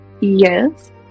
yes